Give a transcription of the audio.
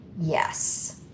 Yes